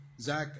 Zach